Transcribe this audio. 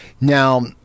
Now